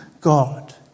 God